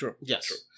Yes